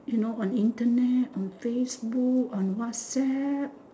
you know on Internet on facebook on WhatsApp